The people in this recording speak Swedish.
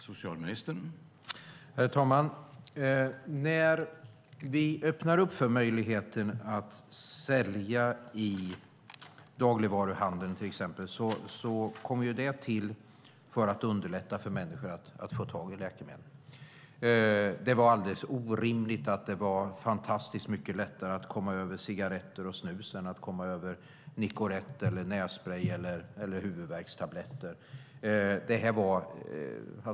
Herr talman! När vi öppnade upp för möjligheten att sälja i dagligvaruhandeln, till exempel, kom det till för att underlätta för människor att få tag i läkemedel. Det var alldeles orimligt att det var fantastiskt mycket lättare att komma över cigaretter och snus än att komma över Nicorette, nässprej eller huvudvärkstabletter.